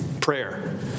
Prayer